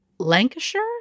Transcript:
Lancashire